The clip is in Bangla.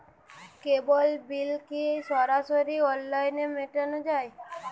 কেবল বিল কি সরাসরি অনলাইনে মেটানো য়ায়?